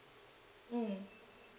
mm